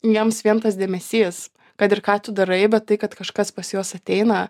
jiems vien tas dėmesys kad ir ką tu darai bet tai kad kažkas pas juos ateina